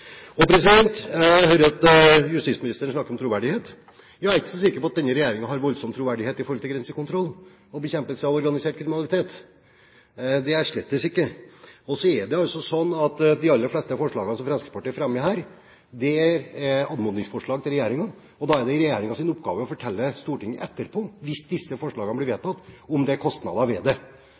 og det er ikke noe nytt. Jeg hører at justisministeren snakker om troverdighet. Jeg er ikke så sikker på at denne regjeringen har så voldsomt stor troverdighet når det gjelder grensekontroll og bekjempelse av organisert kriminalitet. Det er jeg slettes ikke. Så er det sånn at de aller fleste forslagene som Fremskrittspartiet fremmer her, er anmodningsforslag til regjeringen. Da er det regjeringens oppgave å fortelle Stortinget etterpå, hvis disse forslagene blir vedtatt, om det er kostnader ved det.